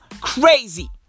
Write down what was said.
crazy